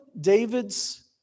David's